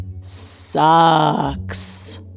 sucks